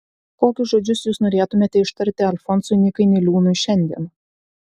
kokius žodžius jūs norėtumėte ištarti alfonsui nykai niliūnui šiandien